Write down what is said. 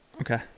okay